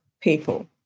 people